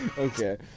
Okay